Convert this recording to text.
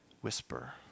whisper